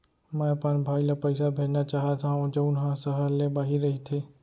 मै अपन भाई ला पइसा भेजना चाहत हव जऊन हा सहर ले बाहिर रहीथे